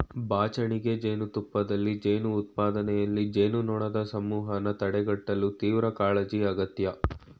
ಬಾಚಣಿಗೆ ಜೇನುತುಪ್ಪದಲ್ಲಿ ಜೇನು ಉತ್ಪಾದನೆಯಲ್ಲಿ, ಜೇನುನೊಣದ್ ಸಮೂಹನ ತಡೆಗಟ್ಟಲು ತೀವ್ರಕಾಳಜಿ ಅಗತ್ಯ